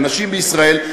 לנשים בישראל,